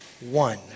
one